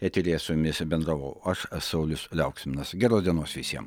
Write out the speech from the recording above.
eteryje su jumis bendravau aš saulius liauksminas geros dienos visiem